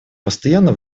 постоянно